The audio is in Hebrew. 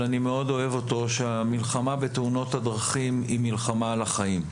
אבל אני מאוד אוהב אותו המלחמה בתאונות הדרכים היא מלחמה על החיים.